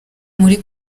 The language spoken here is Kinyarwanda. muri